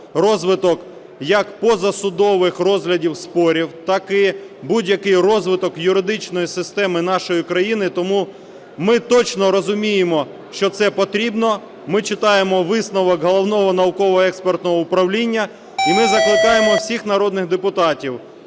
розвиток як позасудових розглядів спорів, так і будь-який розвиток юридичної системи нашої країни. Тому ми точно розуміємо, що це потрібно, ми читаємо висновок Головного науково-експертного управління. І ми закликаємо усіх народних депутатів6